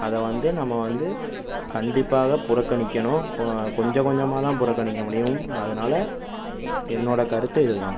அதை வந்து நம்ம வந்து கண்டிப்பாக புறக்கணிக்கணும் கொஞ்சம் கொஞ்சமாக தான் புறக்கணிக்க முடியும் அதனால் என்னோட கருத்து இதுதான்